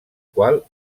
qual